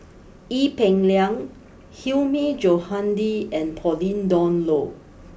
Ee Peng Liang Hilmi Johandi and Pauline Dawn Loh